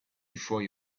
before